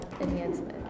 enhancement